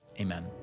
amen